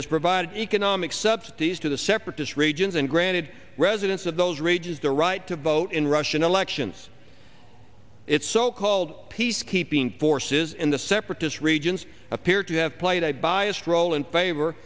has provided economic subsidies to the separatist regions and granted residents of those regions the right to vote in russian elections its so called peace keeping forces in the separatist regions appear to have played a biased role in favor